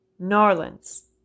Narlands